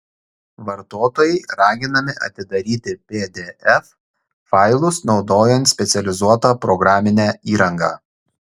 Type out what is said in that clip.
vartotojai raginami atidaryti pdf failus naudojant specializuotą programinę įrangą